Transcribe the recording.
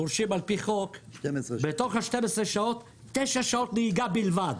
מורשים על-פי חוק לתשע שעות נהיגה בלבד.